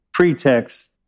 pretext